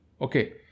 Okay